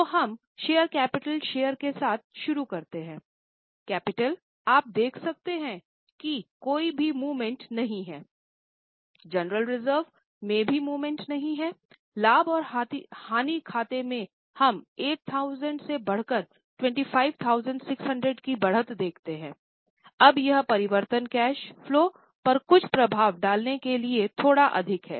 तो हम share capital नहीं है लाभ और हानि खाते में हम 8000 से बढ़ाकर 25600 की बढ़त देखते हैं अब यह परिवर्तन कैश फलो पर कुछ प्रभाव डालने के लिए थोड़ा अधिक है